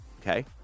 Okay